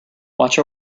watch